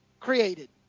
created